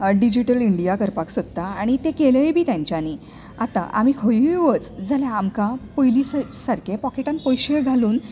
digital India करपाक सोदता आनी तें केल्योय बी तांच्यांनी आतां आमी खंयूय वच जाल्यार आमकां पयलीं सारके पाॅकेटान पयशेय घालून